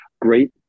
Great